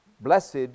Blessed